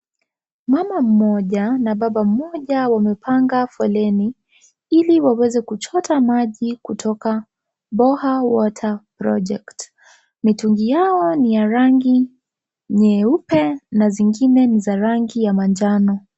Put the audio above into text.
Mama mmoja na Baba mmoja wamepanga foleni Ili waweze kuchota maji kutoka Boha water project . Mitungi yao ni ya rangi nyeupe na zingine ni za rangi manjano.